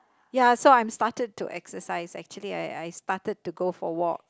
ya so I'm started to exercise actually I I started to go for a walk